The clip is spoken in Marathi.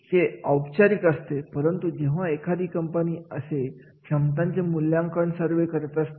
हे औपचारिक असते परंतु जेव्हा एखादी कंपनी असे क्षमतांचे मुल्यांकन सर्वेक्षण करत असते